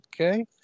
Okay